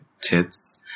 tits